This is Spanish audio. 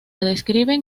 describen